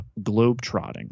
globetrotting